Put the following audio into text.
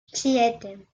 siete